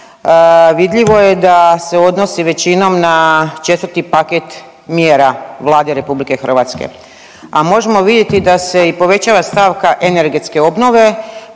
vidljivo je da se odnosi većinom na 4. paket mjera Vlade RH, a možemo vidjeti da se i povećava stavka energetske obnove,